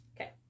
Okay